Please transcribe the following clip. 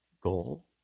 goal